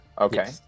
okay